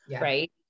Right